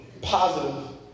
positive